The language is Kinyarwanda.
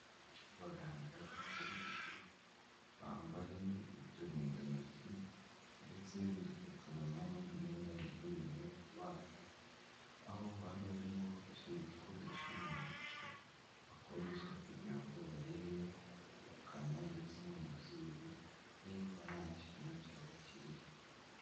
Abaganga b'inzobere, bambaye uturindantoki ndetse n'udupfukamunwa n'indi myenda yagenewe kubaga aho bari barimo bafashe igikoresho mu ntoki bakoresha kugira ngo barebe mu kanwa ndetse no mu mazuru nimba nta kintu cyaba kirimo.